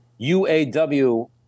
UAW